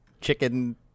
chicken